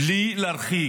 בלי להרחיק